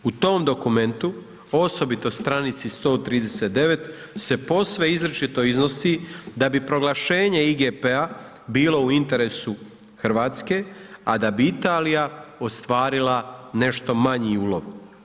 U tom dokumentu osobito stranici 139. se posve izričito iznosi da bi proglašenje IGP-a bilo u interesu Hrvatske, a da bi Italija ostvarila nešto manji ulov.